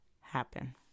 happen